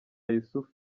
yussuf